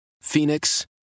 Phoenix